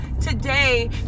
today